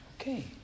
Okay